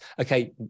okay